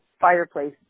fireplace